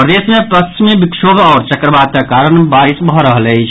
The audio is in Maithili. प्रदेश मे पश्चिमी विक्षोभ आओर चक्रवातक कारण बारिश भऽ रहल अछि